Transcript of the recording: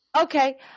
Okay